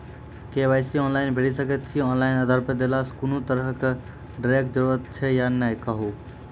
KYC online भैरि सकैत छी, ऑनलाइन आधार देलासॅ कुनू तरहक डरैक जरूरत छै या नै कहू?